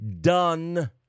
done